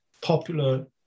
popular